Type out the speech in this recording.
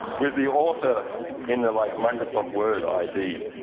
with the author in the like microsoft word id.